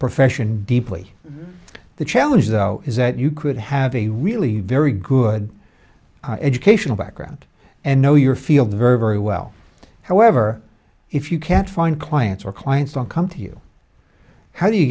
profession deeply the challenge though is that you could have a really very good educational background and know your field very very well however if you can't find clients or clients don't come to you how do you